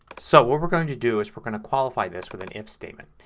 so what we're going to do, is we're going to qualify this with an if statement.